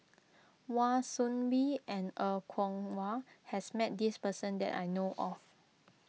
Wan Soon Bee and Er Kwong Wah has met this person that I know of